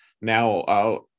now